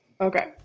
Okay